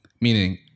meaning